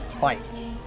fights